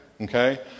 Okay